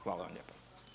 Hvala vam lijepa.